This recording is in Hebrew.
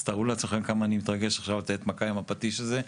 אז תארו לעצמכם כמה אני מתרגש עכשיו לתת מכה עם הפטיש הזה.